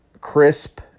crisp